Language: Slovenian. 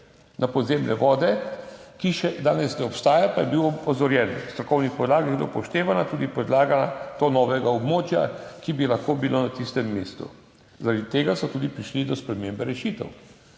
za podzemne vode, ki danes še ne obstaja, pa je bilo nanj opozorjeno, v strokovni podlagi je bila upoštevana tudi podlaga do novega območja, ki bi lahko bilo na tistem mestu, zaradi tega so tudi prišli do spremembe rešitev.